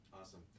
Awesome